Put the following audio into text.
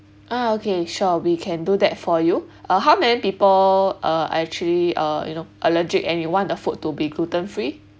ah okay sure uh we can do that for you uh how many people uh are actually uh you know allergic and you want the food to be gluten free